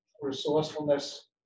resourcefulness